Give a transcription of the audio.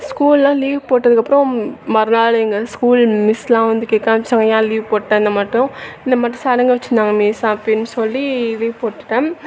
ஸ்கூல்லாம் லீவ் போட்டதுக்கப்புறம் மறுநாள் எங்கள் ஸ்கூல் மிஸ்லாம் வந்து கேட்க ஆரமிச்சாங்க என் லீவ் போட்ட இந்த மட்டோம் இந்த மட்டோம் சடங்கு வச்சிருந்தாங்க மிஸ் அப்படின் சொல்லி லீவ் போட்டுட்டேன்